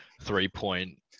three-point